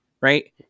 right